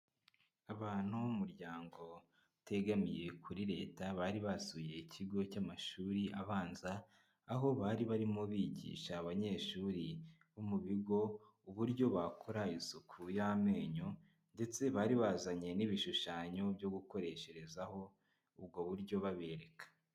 abantu ni umuryango utegamiye kuri leta, bari basuye ikigo cy'amashuri abanza, aho bari barimo bigisha abanyeshuri bo mu bigo, uburyo bakora isuku y'amenyo, ndetse bari bazanye n'ibishushanyo, byo gukoresherezaho ubwo buryo, babereka.